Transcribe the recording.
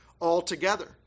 altogether